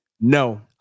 No